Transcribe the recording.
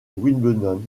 wimbledon